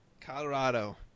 Colorado